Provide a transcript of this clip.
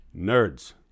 Nerds